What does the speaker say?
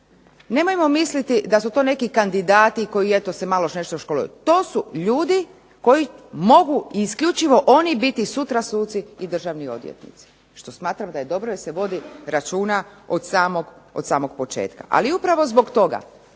nemojmo misliti da su to neki kandidati koji eto se malo još nešto školuju, to su ljudi koji mogu i isključivo oni biti sutra suci i državni odvjetnici. Što smatram da je dobro jer se vodi računa od samog početka. Ali upravo zbog toga